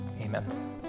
Amen